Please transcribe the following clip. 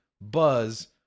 Buzz